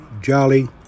jolly